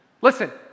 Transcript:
Listen